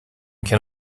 can